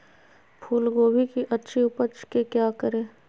फूलगोभी की अच्छी उपज के क्या करे?